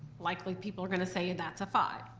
likely people are gonna say that's a five,